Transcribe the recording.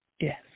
Yes